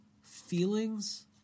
feelings